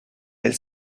elle